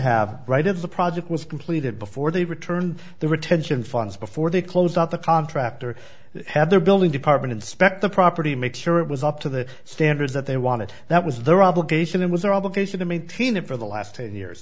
have right if the project was completed before they returned the retention funds before they closed up the contractor had their building department inspect the property make sure it was up to the standards that they wanted that was their obligation it was their obligation to maintain it for the last ten years